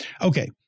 Okay